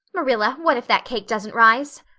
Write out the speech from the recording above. marilla, what if that cake doesn't rise?